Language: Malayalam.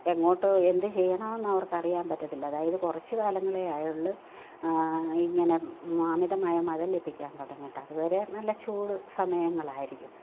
എങ്ങോട്ട് എന്തു ചെയ്യണമെന്നവർക്കറിയാൻ പറ്റത്തില്ല അതായത് കുറച്ചു കാലങ്ങളെയായുള്ള ഇങ്ങനെ മ് അമിതമായ മഴ ലഭിക്കാൻ തുടങ്ങിയിട്ട് അതുവരെ നല്ല ചൂട് സമയങ്ങളായിരിക്കും